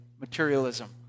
materialism